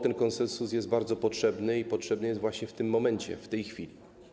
Ten konsensus jest bardzo potrzebny i potrzebny jest właśnie w tym momencie, w tej chwili.